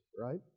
right